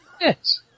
Yes